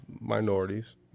minorities